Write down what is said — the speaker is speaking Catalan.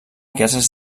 cases